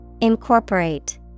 incorporate